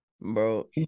bro